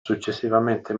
successivamente